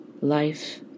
life